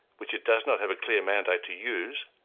which it does not have a clear mandate to use,